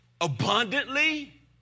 abundantly